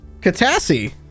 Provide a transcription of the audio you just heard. Katassi